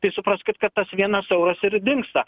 tai supraskit kad tas vienas euras ir dingsta